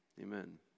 amen